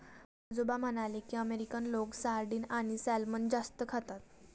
आजोबा म्हणाले की, अमेरिकन लोक सार्डिन आणि सॅल्मन जास्त खातात